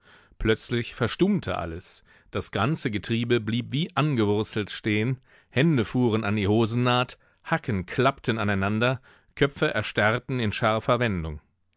plötzlich verstummte alles das ganze getriebe blieb wie angewurzelt stehen hände fuhren an die hosennaht hacken klappten aneinander köpfe erstarrten in scharfer wendung